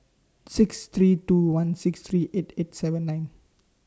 six three two one six three eight eight seven nine